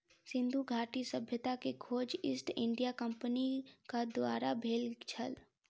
सिंधु घाटी सभ्यता के खोज ईस्ट इंडिया कंपनीक द्वारा भेल छल